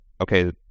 okay